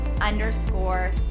underscore